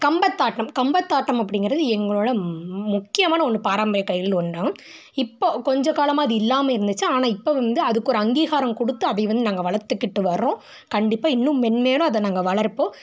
கம்பத்தாட்டம் கம்பத்தாட்டம் அப்படிங்கறது எங்களோடய முக்கியமான ஒன்று பாரம்பரிய கலைகளில் ஒன்றாம் இப்போ கொஞ்சம் காலமாக அது இல்லாமல் இருந்துச்சி ஆனால் இப்போ வந்து அதுக்கு ஒரு அங்கிகாரம் கொடுத்து அதை வந்து நாங்கள் வளர்த்துக்கிட்டு வரோம் கண்டிப்பாக இன்னும் மென்மேலும் அதை நாங்கள் வளர்ப்போம்